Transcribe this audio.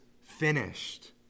finished